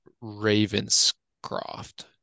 Ravenscroft